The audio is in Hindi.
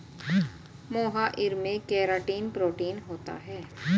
मोहाइर में केराटिन प्रोटीन होता है